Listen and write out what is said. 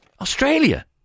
Australia